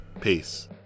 peace